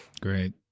Great